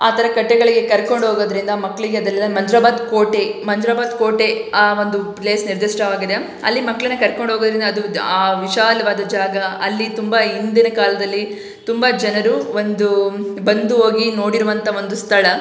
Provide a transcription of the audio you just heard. ಆ ಥರ ಕಟ್ಟೆಗಳಿಗೆ ಕರ್ಕೊಂಡು ಹೋಗೋದ್ರಿಂದ ಮಕ್ಕಳಿಗೆ ಅದೆಲ್ಲ ಮಂಜರಾಬಾದ್ ಕೋಟೆ ಮಂಜರಾಬಾದ್ ಕೋಟೆ ಆ ಒಂದು ಪ್ಲೇಸ್ ನಿರ್ದಿಷ್ಟವಾಗಿದೆ ಅಲ್ಲಿ ಮಕ್ಕಳನ್ನ ಕರ್ಕೊಂಡೋಗೋದರಿಂದ ಅದು ಆ ವಿಶಾಲವಾದ ಜಾಗ ಅಲ್ಲಿ ತುಂಬ ಹಿಂದಿನ ಕಾಲದಲ್ಲಿ ತುಂಬ ಜನರು ಒಂದು ಬಂದು ಹೋಗಿ ನೋಡಿರುವಂಥ ಒಂದು ಸ್ಥಳ